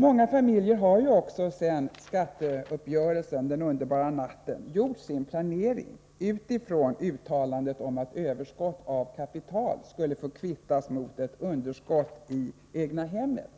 Många familjer har också, efter skatteuppgörelsen den underbara natten, gjort sin planering utifrån uttalandet om att ett överskott av kapital skulle få kvittas mot ett underskott i det egna hemmet,